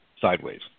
sideways